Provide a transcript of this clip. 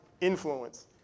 influence